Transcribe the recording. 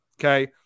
Okay